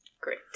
great